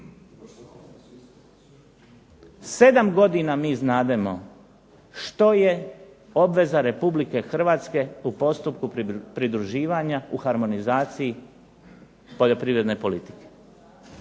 7 godina mi znademo što je obveza Republike Hrvatske u postupku pridruživanja u harmonizaciji poljoprivredne politike.